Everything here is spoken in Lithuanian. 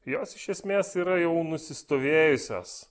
jos iš esmės yra jau nusistovėjusios